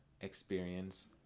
experience